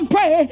Pray